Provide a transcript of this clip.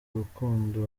urukundo